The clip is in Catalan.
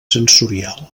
sensorial